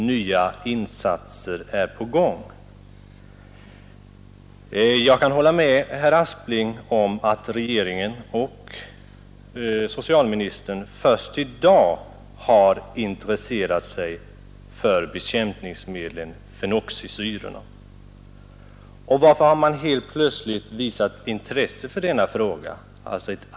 Nya insatser är på gång.” Jag kan hålla med herr Aspling om att regeringen och socialministern först i dag har intresserat sig för bekämpningsmedlen fenoxisyrorna. Och varför har man nu helt plötsligt visat ett allvarligt intresse för denna fråga?